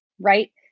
right